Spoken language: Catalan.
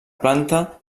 planta